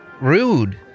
rude